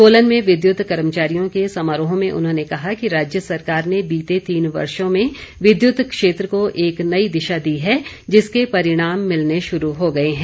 सोलन में विद्युत कर्मचारियों के समारोह में उन्होंने कहा कि राज्य सरकार ने बीते तीन वर्षो में विद्युत क्षेत्र को एक नई दिशा दी है जिसके परिणाम मिलने शुरू हो गए हैं